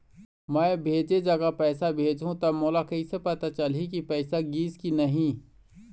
मैं भेजे जगह पैसा भेजहूं त मोला कैसे पता चलही की पैसा गिस कि नहीं?